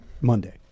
Monday